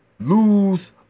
lose